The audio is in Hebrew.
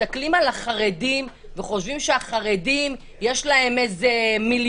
מסתכלים על החרדים וחושבים שלחרדים יש מיליונים,